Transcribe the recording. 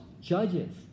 judges